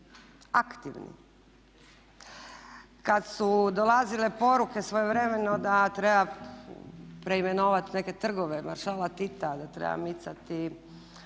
Aktivni. Kada su dolazile poruke svojevremeno da treba preimenovati neke trgove maršala Tita, da treba micati